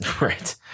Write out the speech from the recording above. Right